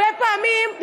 הרבה פעמים,